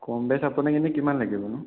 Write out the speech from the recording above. কম বেচ আপোনাক এনেই কিমান লাগিব নো